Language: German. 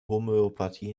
homöopathie